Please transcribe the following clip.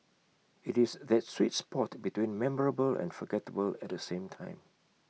IT is that sweet spot between memorable and forgettable at the same time